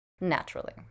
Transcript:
naturally